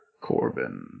Corbin